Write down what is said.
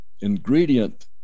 ingredient